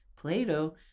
Plato